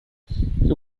you